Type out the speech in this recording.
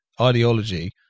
ideology